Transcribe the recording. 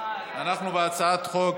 אנחנו בהצעת חוק